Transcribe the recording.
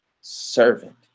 servant